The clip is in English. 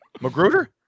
magruder